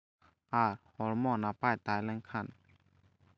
ᱟᱨ ᱦᱚᱲᱢᱚ ᱱᱟᱯᱟᱭ ᱛᱟᱦᱮᱸ ᱞᱮᱱᱠᱷᱟᱱ